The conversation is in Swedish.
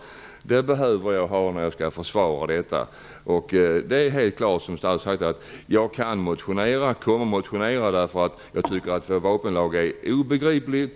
Det behöver jag ha när jag skall försvara detta. Det är helt klart som statsrådet säger att jag kan motionera och jag kommer att motionera. Jag tycker att våra vapenlagar är obegripliga.